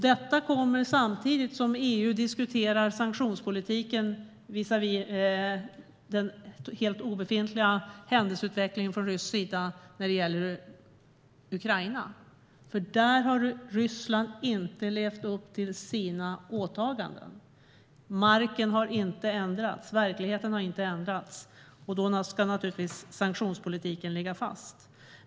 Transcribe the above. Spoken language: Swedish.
Detta kommer samtidigt som EU diskuterar sanktionspolitiken visavi den helt obefintliga händelseutvecklingen från rysk sida när det gäller Ukraina. Där har Ryssland nämligen inte levt upp till sina åtaganden. Verkligheten har inte ändrats. Då ska naturligtvis sanktionspolitiken ligga fast.